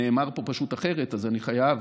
נאמר פה פשוט אחרת, אז אני חייב